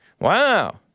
Wow